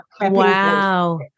Wow